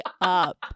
up